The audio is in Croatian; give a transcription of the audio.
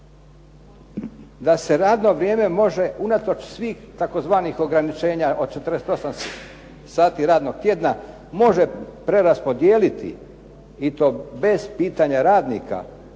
Da se radno vrijeme može unatoč svih tzv. ograničenja od 48 sati radnog tjedna može preraspodijeliti i to bez pitanja radnika